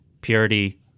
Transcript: purity